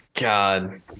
God